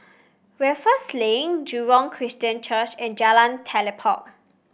Raffles Link Jurong Christian Church and Jalan Telipok